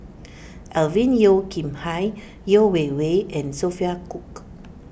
Alvin Yeo Khirn Hai Yeo Wei Wei and Sophia Cooke